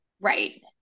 Right